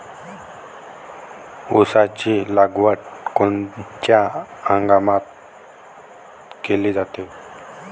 ऊसाची लागवड कोनच्या हंगामात केली जाते?